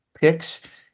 picks